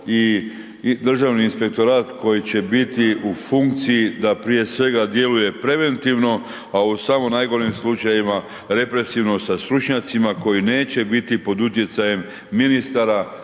i Državni inspektorat koji će biti u funkciji da prije svega djeluje preventivno a u samo najgorim slučajevima represivno sa stručnjacima koji neće biti pod utjecajem ministara,